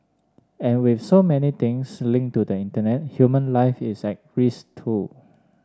and with so many things linked to the Internet human life is at risk too